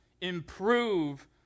improve